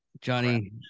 Johnny